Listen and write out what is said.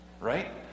Right